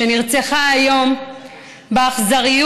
שנרצחה היום באכזריות,